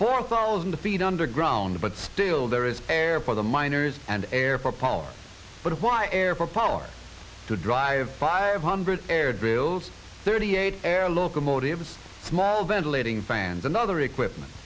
four thousand feet underground but still there is air for the miners and air for power but why air power to drive five hundred air drills thirty eight air locomotives small ventilating fans another equipment